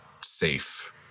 safe